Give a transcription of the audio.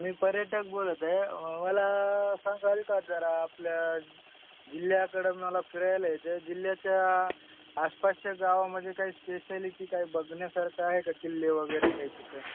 मी पर्यटक बोलत आहे मला सांगाल का जरा आपल्या जिल्ह्याकडं मला फिरायला होतं जिल्ह्याच्या आसपासच्या गावामध्ये काही स्पेशालिटी काही बघण्यासारखं आहे का किल्लेवगैरे काही तसं